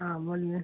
हाँ बोलिए